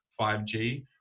5G